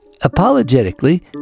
apologetically